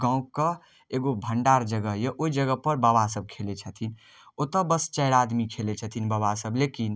गाँवके एगो भंडार जगह यऽ ओहि जगह पर बाबा सब खेलै छथिन ओतऽ बस चारि आदमी खेलै छथिन बाबा सब लेकिन